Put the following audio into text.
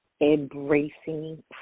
embracing